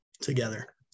together